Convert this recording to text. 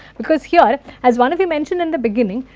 because here as one of you mention in the beginning,